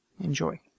Enjoy